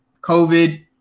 COVID